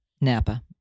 Napa